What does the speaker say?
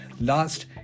Last